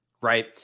Right